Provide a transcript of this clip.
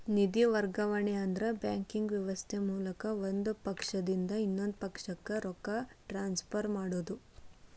ನಿಧಿ ವರ್ಗಾವಣೆ ಅಂದ್ರ ಬ್ಯಾಂಕಿಂಗ್ ವ್ಯವಸ್ಥೆ ಮೂಲಕ ಒಂದ್ ಪಕ್ಷದಿಂದ ಇನ್ನೊಂದ್ ಪಕ್ಷಕ್ಕ ರೊಕ್ಕ ಟ್ರಾನ್ಸ್ಫರ್ ಮಾಡೋದ್